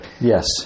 Yes